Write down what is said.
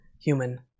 human